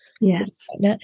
Yes